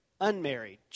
unmarried